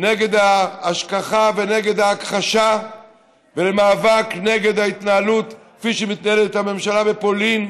נגד ההשכחה ונגד ההכחשה ולמאבק נגד ההתנהלות כפי שמתנהלת הממשלה בפולין,